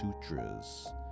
sutras